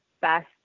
best